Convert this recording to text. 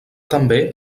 també